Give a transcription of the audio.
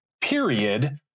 period